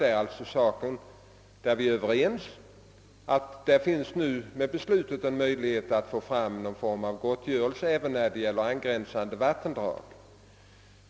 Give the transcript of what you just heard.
Vi är på denna punkt överens om att det i och med det fattade beslutet nu finns möjlighet att få till stånd något slags gottgörelse även när det gäller angränsande vattendrag.